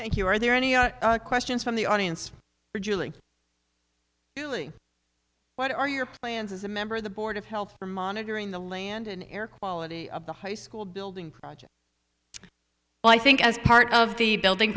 thank you were there any questions from the audience or julie julie what are your plans as a member of the board of health monitoring the land an air quality of the high school building project well i think as part of the building